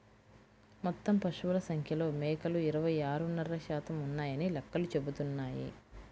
మొత్తం పశువుల సంఖ్యలో మేకలు ఇరవై ఆరున్నర శాతం ఉన్నాయని లెక్కలు చెబుతున్నాయి